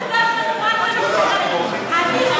לא, לא, אנחנו, רבותי.